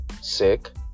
Sick